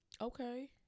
Okay